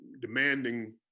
demanding